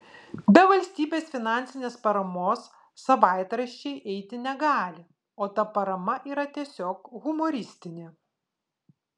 be valstybės finansinės paramos savaitraščiai eiti negali o ta parama yra tiesiog humoristinė